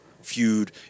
feud